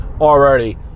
already